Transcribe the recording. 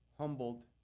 humbled